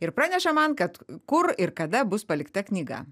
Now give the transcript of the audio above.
ir praneša man kad kur ir kada bus palikta knyga